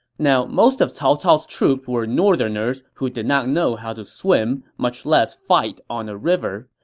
now, most of cao cao's troops were northerners who did not know how to swim, much less fight on a river.